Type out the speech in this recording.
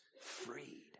freed